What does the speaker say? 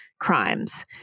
crimes